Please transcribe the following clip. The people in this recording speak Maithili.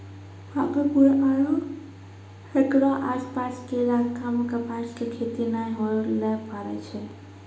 भागलपुर आरो हेकरो आसपास के इलाका मॅ कपास के खेती नाय होय ल पारै छै